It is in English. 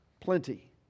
plenty